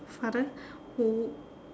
father who